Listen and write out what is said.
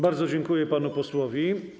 Bardzo dziękuję panu posłowi.